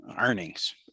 earnings